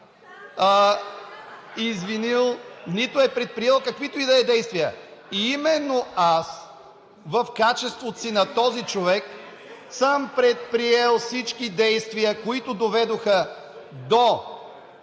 извинил, нито е предприел каквито и да е действия. И именно аз в качеството си на този човек съм предприел всички действия, които доведоха до